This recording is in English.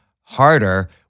harder